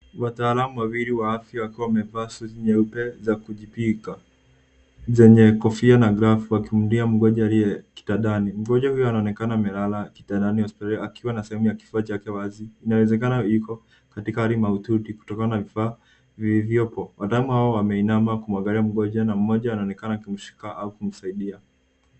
Wataalamu wawili wa afya wakiwa wamavaa suti nyeupe za kujikinga zenye kofia na glavu wakimhudumia mgonjwa aliye kitandani. Mgonjwa huyo anaonekana amelala kitandani hospitalini akiwa na sehemu ya kifua chake wazi. Inawezekana yuko katika hali mahututi kutokana na vifaa vilivyopo. Wataalamu hao wamainama kumwangalia mgonjwa na mmoja anaonekana akimshika au kumsaidia.